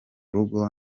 rugo